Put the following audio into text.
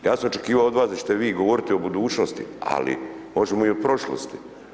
Ja sam očekivao od vas da ćete vi govoriti o budućnosti, ali možemo i o prošlosti.